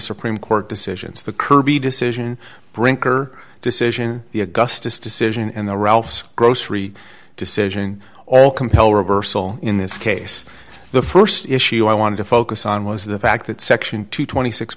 supreme court decisions the kirby decision brinker decision the augustus decision and the ralph's grocery decision all compel reversal in this case the st issue i wanted to focus on was the fact that section two